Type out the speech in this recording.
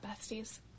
besties